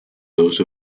those